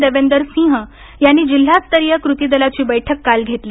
देवेंदर सिंह यांनी जिल्हास्तरीय कृती दलाची बैठक काल घेतली